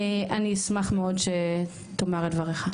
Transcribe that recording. אני אשמח מאוד שתאמר את דבריך,